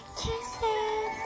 kisses